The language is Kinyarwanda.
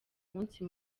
munsi